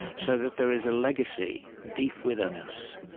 so that there is a legacy deep within us,